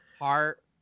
heart